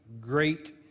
great